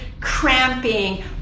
cramping